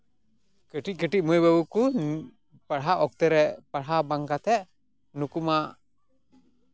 ᱠᱟᱹᱴᱤᱡ ᱠᱟᱹᱴᱤᱡ ᱢᱟᱹᱭᱼᱵᱟᱹᱵᱩ ᱠᱚ ᱯᱟᱲᱦᱟᱜ ᱚᱠᱛᱮ ᱨᱮ ᱯᱟᱲᱦᱟᱣ ᱵᱟᱝ ᱠᱟᱛᱮ ᱱᱩᱠᱩ ᱢᱟ